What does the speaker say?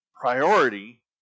priority